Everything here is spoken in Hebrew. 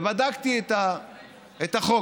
ובדקתי את החוק.